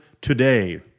today